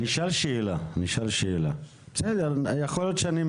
התפיסה העקרונית,